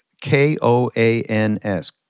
k-o-a-n-s